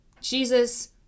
Jesus